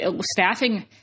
staffing